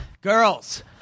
girls